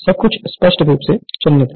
सब कुछ स्पष्ट रूप से चिह्नित है